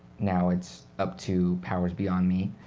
now it's up to powers beyond me.